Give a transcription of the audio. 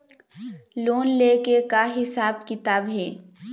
Loan ले के का हिसाब किताब हे?